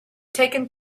taken